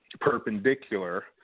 perpendicular